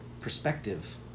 perspective